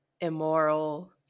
immoral